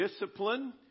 discipline